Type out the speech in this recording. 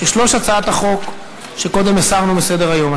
ששלוש הצעות החוק שקודם הסרנו מסדר-היום: